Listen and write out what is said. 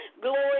glory